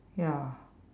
ya